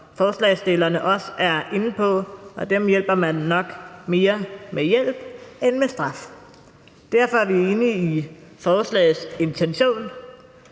forslagsstillerne også er inde på, og dem hjælper man nok mere med hjælp end med straf. Derfor er vi enige i forslagets intention.